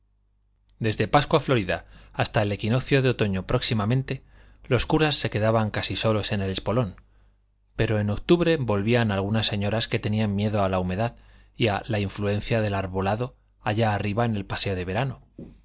desde pascua florida hasta el equinoccio de otoño próximamente los curas se quedaban casi solos en el espolón pero en octubre volvían algunas señoras que tenían miedo a la humedad y a la influencia del arbolado allá arriba en el paseo de verano